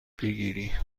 بگیری